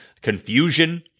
confusion